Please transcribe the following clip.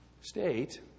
state